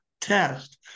test